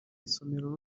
isomero